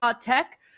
Tech